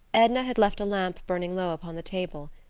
edna had left a lamp burning low upon the table.